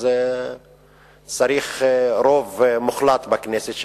צריך רוב מוחלט בכנסת,